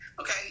Okay